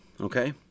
Okay